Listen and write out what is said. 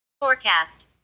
Forecast